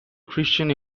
christian